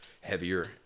heavier